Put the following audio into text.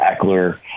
Eckler